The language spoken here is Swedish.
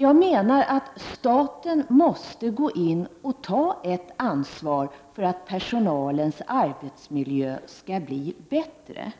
Jag menar att staten måste gå in och ta ett ansvar för att personalens arbetsmiljö skall bli bättre,